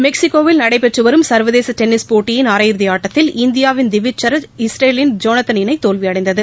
மெக்ஸிகோவில் நடைபெற்றுவரும் சர்வதேசடென்னிஸ் போட்டியின் அரை இறுதிஆட்டத்தில் இந்தியாவின் டிவிஜ் சரண் இஸ்ரேலின் ஜொனாத்தான் இணைதோல்வியடைந்தது